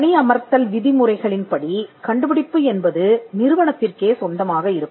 பணியமர்த்தல் விதிமுறைகளின்படி கண்டுபிடிப்பு என்பது நிறுவனத்திற்கே சொந்தமாக இருக்கும்